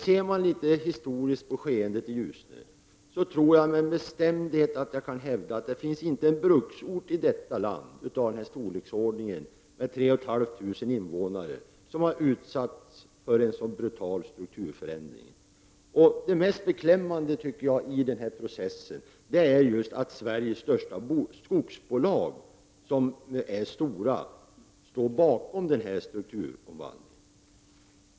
Ser man litet historiskt på skeendet i Ljusne tror jag att jag med bestämdhet kan hävda att det inte finns en bruksort i detta land och i denna storleksordning, med 3 500 invånare, som har utsatts för en så brutal strukturförändring. Det mest beklämmande i denna process tycker jag är att Sveriges största skogsbolag, nämligen Stora, står bakom denna strukturom vandling.